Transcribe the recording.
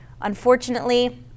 Unfortunately